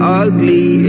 ugly